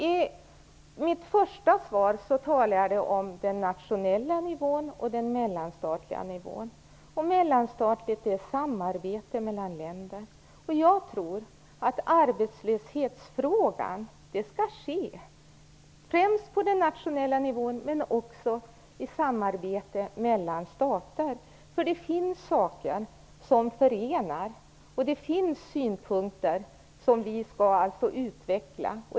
I min första replik talade jag om den nationella nivån och den mellanstatliga nivån. Mellanstatligt är samarbete mellan länder. Jag tror att arbetslöshetsfrågan skall ske främst på den nationella nivån men också i samarbete mellan stater. Det finns saker som förenar och det finns synpunkter som vi skall utveckla.